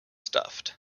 stuffed